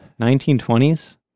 1920s